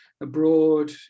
abroad